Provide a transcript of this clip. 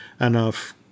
enough